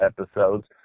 episodes